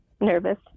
nervous